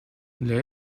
для